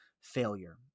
failure